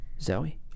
Zoe